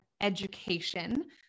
education